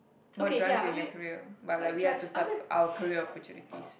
more drives in your career but like we are to start our career opportunities